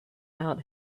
out